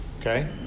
Okay